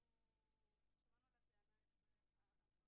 אנחנו שמענו על ההערה הזאת אתמול,